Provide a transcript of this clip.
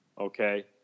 okay